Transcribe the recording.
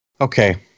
Okay